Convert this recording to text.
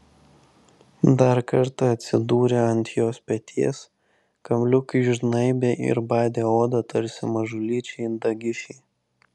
dar kartą atsidūrė ant jos peties kabliukai žnaibė ir badė odą tarsi mažulyčiai dagišiai